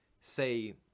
say